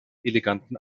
eleganten